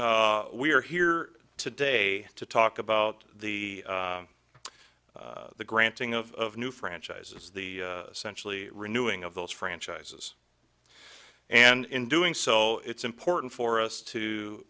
so we are here today to talk about the the granting of new franchises the centrally renewing of those franchises and in doing so it's important for us to